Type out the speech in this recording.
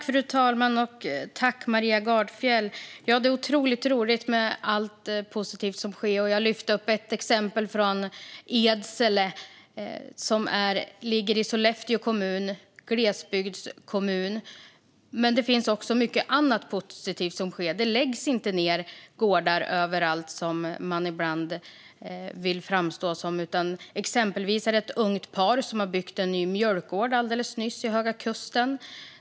Fru talman! Ja, det är otroligt roligt med allt positivt som sker. Jag lyfte upp ett exempel från Edsele i Sollefteå kommun - en glesbygdskommun - men det finns också mycket annat positivt som sker. Det läggs inte ned gårdar överallt, som man ibland vill framställa det som. Exempelvis finns det ett ungt par som alldeles nyss har byggt en ny mjölkgård på Höga kusten.